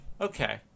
Okay